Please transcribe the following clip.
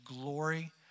glory